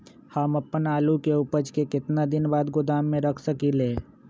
हम अपन आलू के ऊपज के केतना दिन बाद गोदाम में रख सकींले?